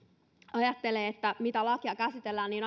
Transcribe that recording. ajattele mitä lakia käsitellään niin